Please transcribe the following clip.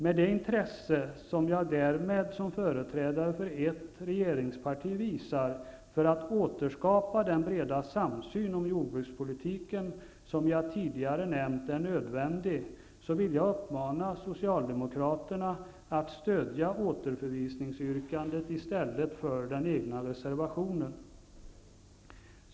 Med det intresse som jag därmed som företrädare för ett regeringsparti visar för att återskapa den breda samsyn om jordbrukspolitiken som jag tidigare nämnt är nödvändig, vill jag uppmana socialdemokraterna att stödja återvisningsyrkandet i stället för den egna reservationen.